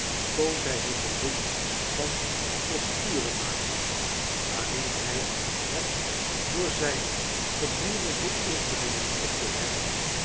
koos hij het beroep van posturenmaker waarin hij het door zijne gedurige oefeningen op de werf